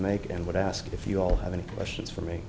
make and would ask if you all have any questions for me